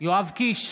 יואב קיש,